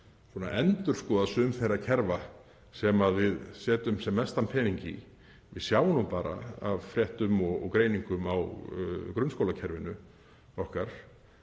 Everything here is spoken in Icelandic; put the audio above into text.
endurskoða sum þeirra kerfa sem við setjum sem mestan pening í. Við sjáum bara af fréttum og greiningum á grunnskólakerfinu okkar